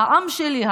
"העם שלי",